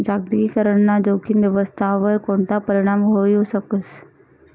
जागतिकीकरण ना जोखीम व्यवस्थावर कोणता परीणाम व्हवू शकस